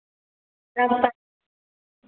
सब ता